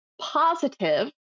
positive